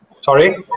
Sorry